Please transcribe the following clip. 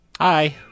Hi